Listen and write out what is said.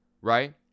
right